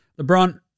LeBron